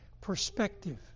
perspective